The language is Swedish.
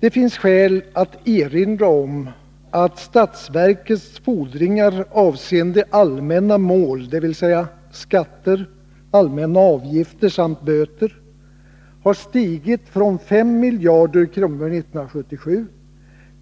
Det finns skäl att erinra om att statsverkets fordringar avseende allmänna mål, dvs. skatter, allmänna avgifter samt böter, stigit från 5 miljarder kronor 1977